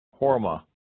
Horma